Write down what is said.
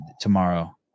tomorrow